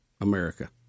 America